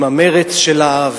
עם המרץ שלה,